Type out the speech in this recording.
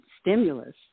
stimulus